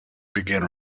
began